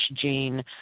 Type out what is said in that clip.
gene